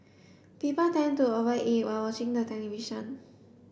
people tend to over eat while watching the television